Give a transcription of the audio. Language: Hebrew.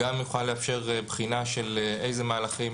וגם יוכל לאפשר בחינה של איזה מהלכים